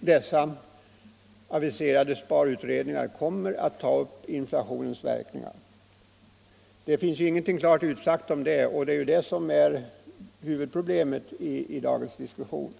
dessa aviserade sparutredningar av den beskrivningen att döma kommer att ta upp verkningarna av inflationen. Det finns ju ingenting klart utsagt om dessa verkningar, men de är huvudproblemet i dagens diskussion.